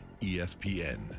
ESPN